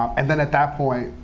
and then, at that point,